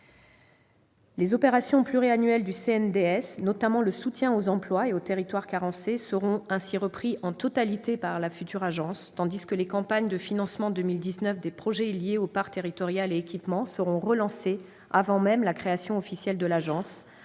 Les opérations pluriannuelles du CNDS, notamment le soutien aux emplois et aux territoires carencés, seront ainsi reprises en totalité par la future agence, tandis que les campagnes de financement au titre de 2019 des projets liés aux parts territoriale et équipements seront relancées, avant même la création officielle de l'agence,